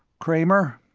kramer,